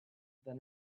than